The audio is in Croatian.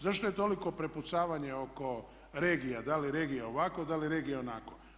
Zašto je toliko prepucavanje oko regija da li regija ovako, da li regija onako?